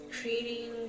creating